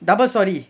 double storey